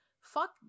fuck